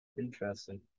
Interesting